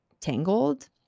Tangled